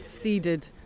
seeded